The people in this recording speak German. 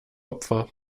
opfer